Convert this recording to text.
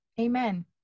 amen